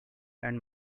and